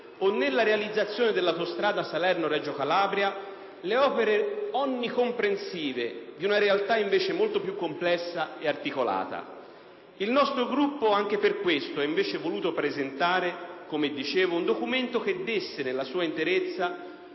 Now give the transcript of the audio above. o nella realizzazione dell'autostrada Salerno-Reggio Calabria le opere onnicomprensive di una realtà invece molto più complessa ed articolata. Anche per questo il nostro Gruppo ha invece voluto presentare, come dicevo, un documento che desse nella sua interezza